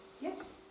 Yes